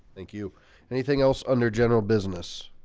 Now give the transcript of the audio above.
thank you anything else under general business?